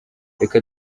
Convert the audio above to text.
reka